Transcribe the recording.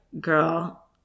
girl